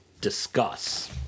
Discuss